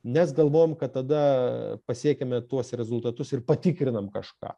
nes galvojam kad tada pasiekiame tuos rezultatus ir patikrinam kažką